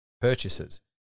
purchases